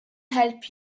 help